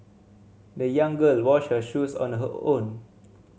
the young girl washed her shoes on her own